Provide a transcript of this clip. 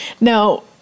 Now